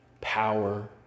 power